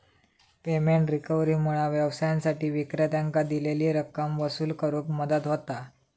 payment रिकव्हरीमुळा व्यवसायांसाठी विक्रेत्यांकां दिलेली रक्कम वसूल करुक मदत होता